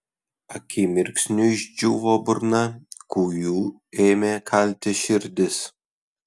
akimirksniu išdžiūvo burna kūju ėmė kalti širdis